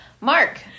Mark